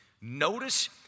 Notice